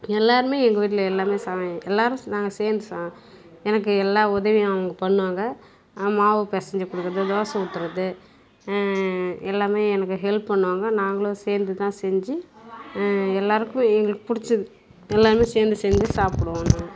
எல்லோருமே எங்கள் வீட்டில் எல்லாம் எல்லோரும் நாங்கள் சேர்ந்து எனக்கு எல்லா உதவியும் அவங்க பண்ணுவாங்க மாவு பெசைஞ்சி கொடுக்கறது தோசை ஊத்துறது எல்லாம் எனக்கு ஹெல்ப் பண்ணுவாங்க நாங்களும் சேர்ந்து தான் செஞ்சு எல்லோருக்கும் எங்களுக்கு பிடிச்சது எல்லாம் சேர்ந்து செஞ்சு சாப்பிடுவோம் நாங்க